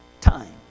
time